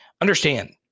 understand